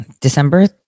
December